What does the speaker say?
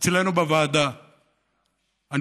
אצלנו בוועדה,